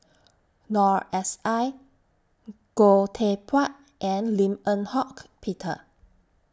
Noor S I Goh Teck Phuan and Lim Eng Hock Peter